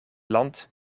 land